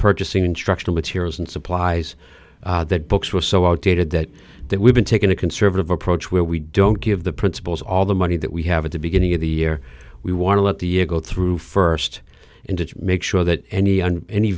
purchasing instructional materials and supplies that books were so outdated that that we've been taking a conservative approach where we don't give the principals all the money that we have at the beginning of the year we want to let the it go through first into to make sure that any an